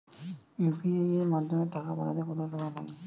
UPI এর মাধ্যমে টাকা পাঠাতে কত সময় লাগে?